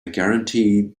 guarantee